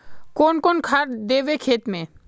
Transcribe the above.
कौन कौन खाद देवे खेत में?